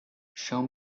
show